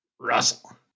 Russell